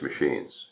machines